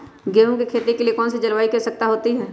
गेंहू की खेती के लिए कौन सी जलवायु की आवश्यकता होती है?